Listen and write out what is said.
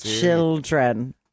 children